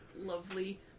lovely